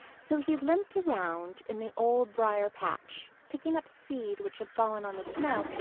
so he limped around in the old briar-patch, picking up seed which had fallen on the snow,